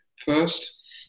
first